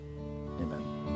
Amen